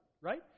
right